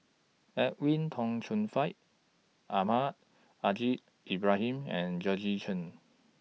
Edwin Tong Chun Fai Almahdi Al Haj Ibrahim and Georgette Chen